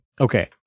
Okay